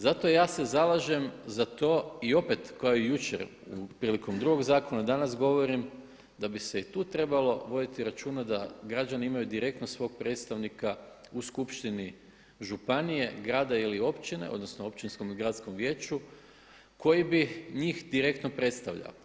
Zato ja se zalažem za to i opet kao i jučer prilikom drugog zakona danas govorim da bi se i tu trebalo voditi računa da građani imaju direktno svog predstavnika u skupštini županije, grada ili općine, odnosno općinskom i gradskom vijeću koji bi njih direktno predstavljao.